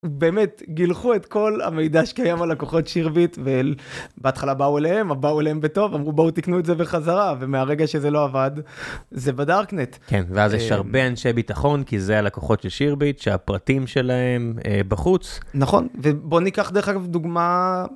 באמת גילחו את כל המידע שקיים על לקוחות שירביט ובהתחלה באו אליהם אבל באו אליהם בטוב אמרו בואו תקנו את זה בחזרה ומהרגע שזה לא עבד זה בדארקנט. כן ואז יש הרבה אנשי ביטחון כי זה הלקוחות של שירביט שהפרטים שלהם בחוץ. נכון, ובוא ניקח דרך אגב דוגמה.